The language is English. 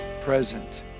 present